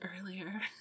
earlier